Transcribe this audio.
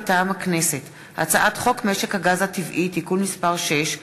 מטעם הכנסת: הצעת חוק משק הגז הטבעי (תיקון מס' 6)